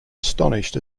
astonished